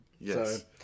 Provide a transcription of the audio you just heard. Yes